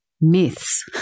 myths